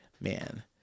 man